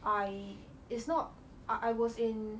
I it's not I was in